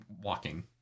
walking